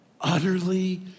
utterly